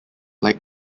like